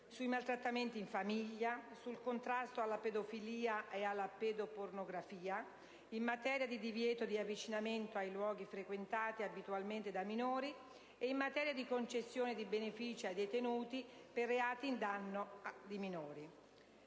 sui maltrattamenti in famiglia, sul contrasto alla pedofilia e alla pedopornografia, in materia di divieto di avvicinamento ai luoghi frequentati abitualmente da minori e in materia di concessione di benefici ai detenuti per reati in danno di minori.